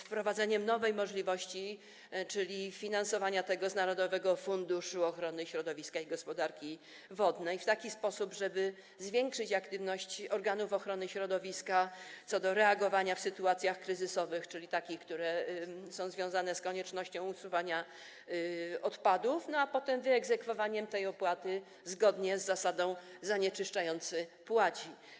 Wprowadza się nową możliwość, czyli finansowanie tego z Narodowego Funduszu Ochrony Środowiska i Gospodarki Wodnej w taki sposób, żeby zwiększyć aktywność organów ochrony środowiska co do reagowania w sytuacjach kryzysowych, czyli takich, które są związane z koniecznością usuwania odpadów, a potem wyegzekwowania tej opłaty zgodnie z zasadą: zanieczyszczający płaci.